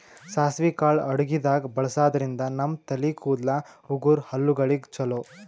ಸಾಸ್ವಿ ಕಾಳ್ ಅಡಗಿದಾಗ್ ಬಳಸಾದ್ರಿನ್ದ ನಮ್ ತಲೆ ಕೂದಲ, ಉಗುರ್, ಹಲ್ಲಗಳಿಗ್ ಛಲೋ